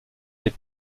des